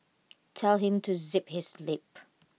tell him to zip his lip